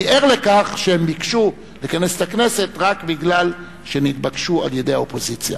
אני ער לכך שהם ביקשו לכנס את הכנסת רק משום שנתבקשו על-ידי האופוזיציה.